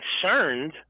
concerned